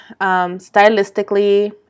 stylistically